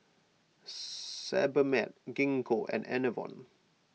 Sebamed Gingko and Enervon